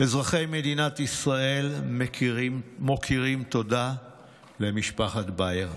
אזרחי מדינת ישראל מכירים תודה למשפחת באייר.